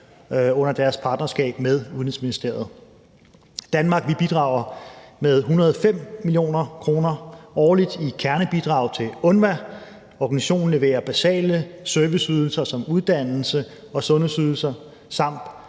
under deres partnerskab med Udenrigsministeriet. Danmark bidrager med 105 mio. kr. årligt i kernebidrag til UNWA. Organisationen leverer basale serviceydelser som uddannelse og sundhedsydelser samt